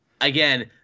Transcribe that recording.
again